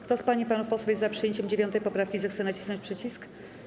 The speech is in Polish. Kto z pań i panów posłów jest za przyjęciem 9. poprawki, zechce nacisnąć przycisk.